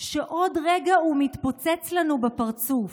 שעוד רגע הוא מתפוצץ לנו בפרצוף.